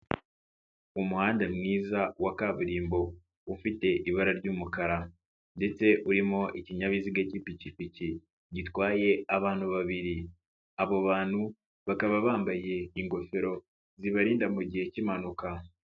Umuhanda mwiza wa kaburimbo ufite ibara ry'umukara ndetse urimo ikinyabiziga cy'ipikipiki gitwaye abantu babiri, abo bantu bakaba bambaye ingofero zibarinda mu gihe cy'impanuka.